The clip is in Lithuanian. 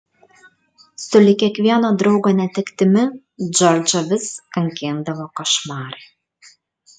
sulig kiekvieno draugo netektimi džordžą vis kankindavo košmarai